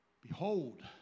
Behold